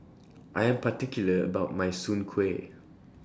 I Am particular about My Soon Kueh